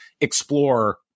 explore